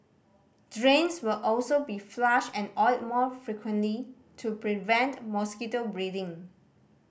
drains will also be flushed and oiled more frequently to prevent mosquito breeding